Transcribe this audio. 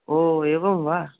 ओ एवं वा